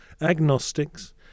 agnostics